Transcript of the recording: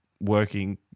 working